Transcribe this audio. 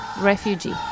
refugee